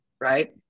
right